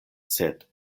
sed